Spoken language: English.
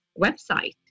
website